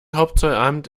hauptzollamt